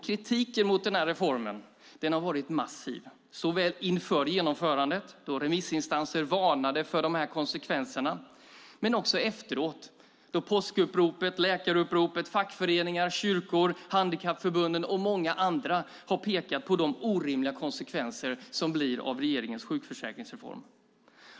Kritiken mot den här reformen har varit massiv såväl inför genomförandet, då remissinstanser varnade för dessa konsekvenser, som efteråt, då påskuppropet, läkaruppropet, fackföreningar, kyrkor, Handikappförbunden och många andra har pekat på de orimliga konsekvenserna av regeringens sjukförsäkringsreform.